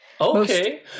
okay